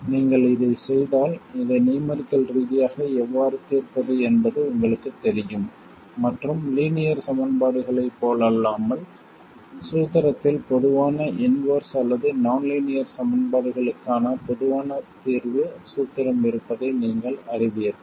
எனவே நீங்கள் இதைச் செய்தால் இதை நியூமெரிக்கல் ரீதியாக எவ்வாறு தீர்ப்பது என்பது உங்களுக்குத் தெரியும் மற்றும் லீனியர் சமன்பாடுகளைப் போலல்லாமல் சூத்திரத்தில் பொதுவான இன்வெர்ஸ் அல்லது நான் லீனியர் சமன்பாடுகளுக்கான பொதுவான தீர்வு சூத்திரம் இருப்பதை நீங்கள் அறிவீர்கள்